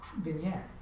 vignette